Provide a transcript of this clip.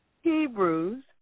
Hebrews